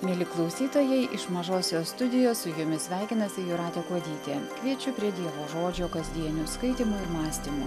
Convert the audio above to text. mieli klausytojai iš mažosios studijos su jumis sveikinasi jūratė kuodytė kviečiu prie dievo žodžio kasdienių skaitymų ir mąstymų